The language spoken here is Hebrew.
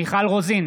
מיכל רוזין,